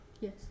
Yes